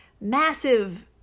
massive